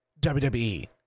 WWE